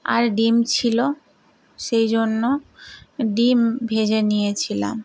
আর ডিম ছিল সেই জন্য ডিম ভেজে নিয়েছিলাম